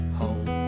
home